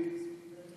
גם